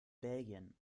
belgien